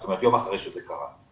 זאת אומרת יום אחרי שזה קרה.